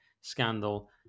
scandal